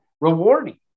rewarding